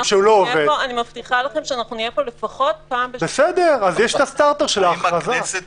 אנחנו הצלחנו לגייס את כל כוח ההסברה וההיגיון שלנו,